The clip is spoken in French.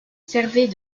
servait